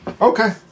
Okay